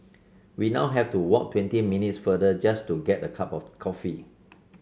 we now have to walk twenty minutes farther just to get a cup of coffee